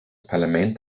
parlament